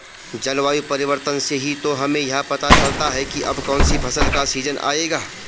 जलवायु परिवर्तन से ही तो हमें यह पता चलता है की अब कौन सी फसल का सीजन आयेगा